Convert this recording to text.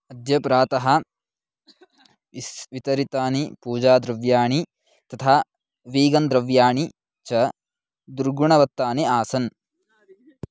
अद्य प्रातः विस् वितरितानि पूजाद्रव्याणि तथा वीगन् द्रव्याणि च दुर्गुणवत्तानि आसन्